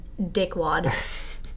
dickwad